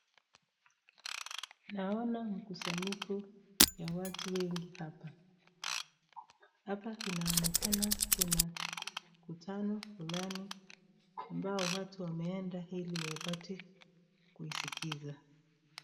Naona mkusanyiko wa watu wengi hapa. Hapa inaonekana kuna mkutano fulani ambao watu wameenda ili wapate kuisikiza.